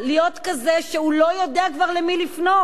להיות כזה שהוא לא יודע כבר למי לפנות,